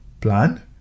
plan